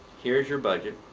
here's your budget.